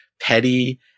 petty